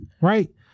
right